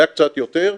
רק קצת יותר.